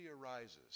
arises